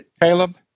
Caleb